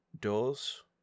doors